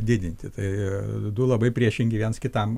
didinti tai du labai priešingi viens kitam